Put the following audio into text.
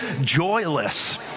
joyless